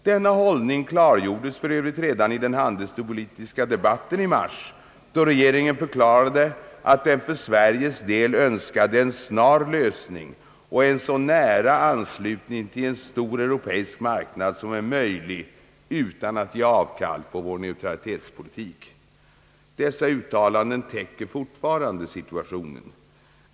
Denna hållning klargjordes för övrigt redan i den handelspolitiska debatten i mars, då regeringen förklarade att den för Sveriges del önskade en snar lösning och en så nära anslutning till en stor europeisk marknad som är möjlig utan att ge avkall på vår neutralitetspolitik. Dessa uttalanden täcker fortfarande situationen.